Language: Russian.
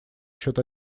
счет